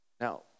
Now